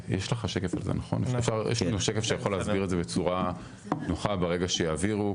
יש לנו שקף שיכול להסביר את זה בצורה נכונה ברגע שיעבירו,